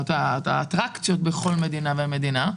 האטרקציות בכל מדינה ומדינה.